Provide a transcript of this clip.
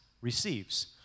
receives